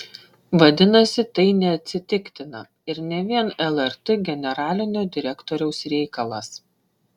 vadinasi tai neatsitiktina ir ne vien lrt generalinio direktoriaus reikalas